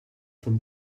from